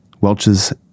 welch's